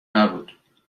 نبود